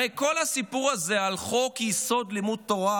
הרי כל הסיפור הזה על חוק-יסוד: לימוד תורה